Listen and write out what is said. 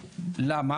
למה?